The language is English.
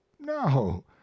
no